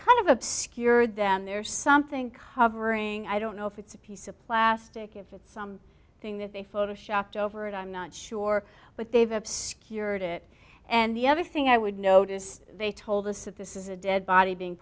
kind of obscured them there something covering i don't know if it's a piece of plastic if it's some thing that they photo shopped over and i'm not sure but they've obscured it and the other thing i would notice they told us that this is a dead body being